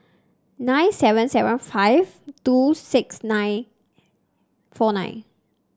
nine seven seven five two six nine four nine